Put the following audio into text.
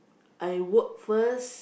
I work first